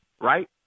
right